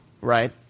right